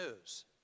news